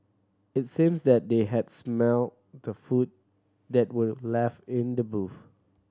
it seemed that they had smelt the food that were left in the boot